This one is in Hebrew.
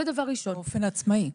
באופן עצמאי.